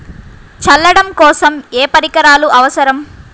చల్లడం కోసం ఏ పరికరాలు అవసరం?